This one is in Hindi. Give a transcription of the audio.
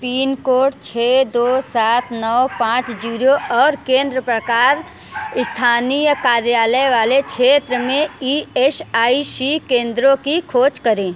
पिन कोड छः दो सात नौ पाँच ज़ीरो और केंद्र प्रकार स्थानीय कार्यालय वाले क्षेत्र में ई एश आई शी केंद्रों की खोज करें